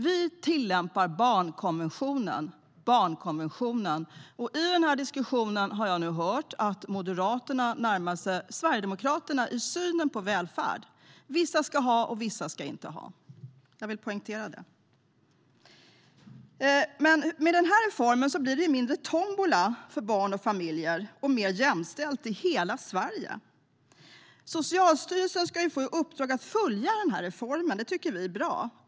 Vi tillämpar barnkonventionen. I denna diskussion har jag hört att Moderaterna närmar sig Sverigedemokraterna i synen på välfärd. Vissa ska ha, vissa ska inte ha. Jag vill poängtera det. Med denna reform blir det mindre tombola för barn och familjer och mer jämställt i hela Sverige. Socialstyrelsen ska få i uppdrag att följa reformen. Det tycker vi är bra.